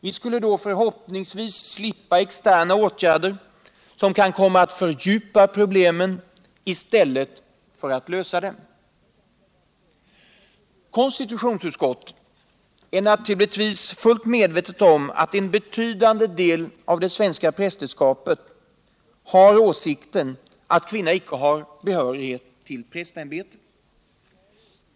Vi skulle då förhoppningsvis slippa externa åtgärder, som kan komma att fördjupa problemen i stället för att lösa dem. Konstitutionsutskottet är naturligtvis fullt medvetet om att en betydande del av det svenska prästerskapet har åsikten att kvinnan icke har behörighet till prästämbetet.